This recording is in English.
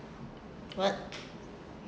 what